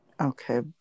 Okay